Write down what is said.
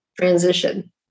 transition